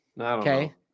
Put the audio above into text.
okay